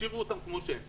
ישאירו אותן כמו שהן.